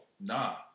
Nah